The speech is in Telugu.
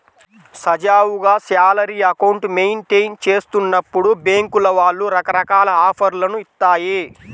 సజావుగా శాలరీ అకౌంట్ మెయింటెయిన్ చేస్తున్నప్పుడు బ్యేంకుల వాళ్ళు రకరకాల ఆఫర్లను ఇత్తాయి